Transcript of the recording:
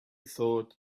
thought